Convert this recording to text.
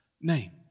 name